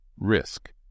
Risk